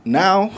now